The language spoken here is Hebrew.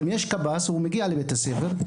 אם יש קב״ס והוא מגיע לבתי הספר,